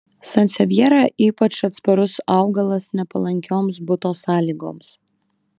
sansevjera ypač atsparus augalas nepalankioms buto sąlygoms